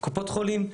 קופות חולים,